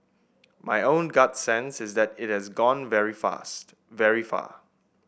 my own gut sense is that it has gone very fast very far